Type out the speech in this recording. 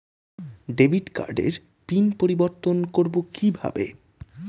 Debit কার্ডের PIN পরিবর্তন করবো কীভাবে?